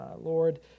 Lord